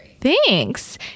thanks